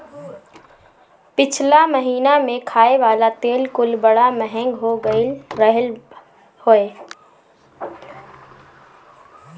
पिछला महिना में खाए वाला तेल कुल बड़ा महंग हो गईल रहल हवे